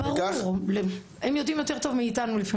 הם יודעים יותר טוב מאיתנו.